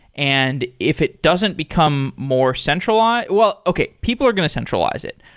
and if it doesn't become more centralized well, okay. people are going to centralize it.